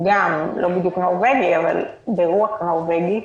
לא בדיוק נורווגי, אבל ברוח נורווגי,